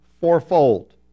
fourfold